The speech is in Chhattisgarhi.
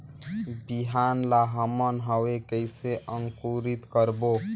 बिहान ला हमन हवे कइसे अंकुरित करबो?